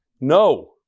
No